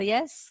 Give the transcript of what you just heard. Yes